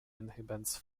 inhabitants